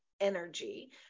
energy